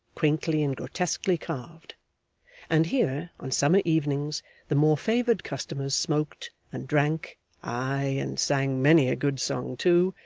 quaintly and grotesquely carved and here on summer evenings the more favoured customers smoked and drank ay, and sang many a good song too,